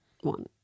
one